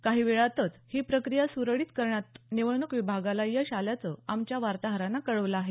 काही वेळातच ही प्रक्रिया सुरळीत करण्यात निवडणूक विभागाला यश आल्याचं आमच्या वार्ताहरानं कळवलं आहे